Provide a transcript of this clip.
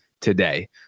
today